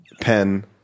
Pen